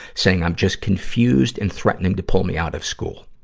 saying i'm just confused and threatening to pull me out of school.